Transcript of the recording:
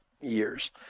years